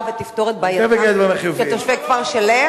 ותפתור את בעייתם של תושבי כפר-שלם?